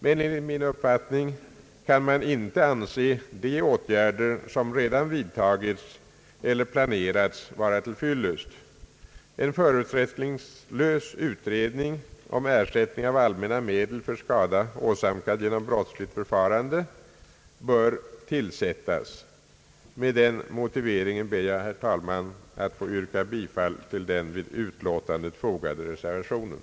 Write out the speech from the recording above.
Men enligt min uppfattning kan man inte anse de åtgärder, som redan vidtagits eller planerats, vara till fyllest. En förutsättningslös utredning om ersättning av allmänna medel för skada åsamkad genom brottsligt förfarande bör tillsättas. Med den motiveringen ber jag, herr talman, att få yrka bifall den vid utskottsutlåtandet fogade reservationen.